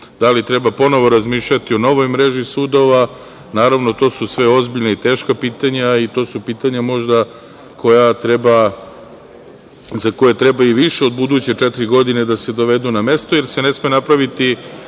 Da li treba ponovo razmišljati o novoj mreži sudova? Naravno, to su sve ozbiljna i teška pitanja i to su pitanja možda za koja treba i više od buduće četiri godine da se dovedu na mestu, jer se ne sme napraviti